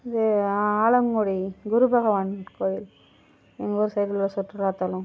இது ஆலங்குடி குருபகவான் கோயில் எங்கூர் சைடில் ஒரு சுற்றுலா தளம்